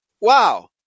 wow